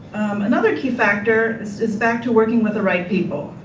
another key factor is back to working with the right people.